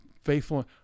faithful